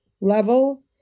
level